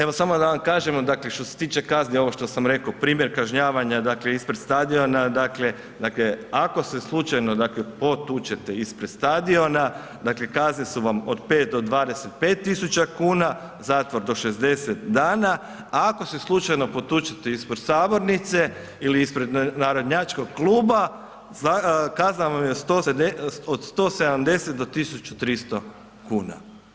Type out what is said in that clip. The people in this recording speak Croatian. Evo samo da vam kažem, dakle što se tiče kazni ovo što sam rekao primjer kažnjavanja ispred stadiona, dakle ako se slučajno potučete ispred stadiona, dakle kazne su vam od 5 do 25.000 kuna, zatvor do 60 dana, a ako se slučajno potučete ispred sabornice ili ispred narodnjačkog kluba kazna vam je 170 do 1.300 kuna.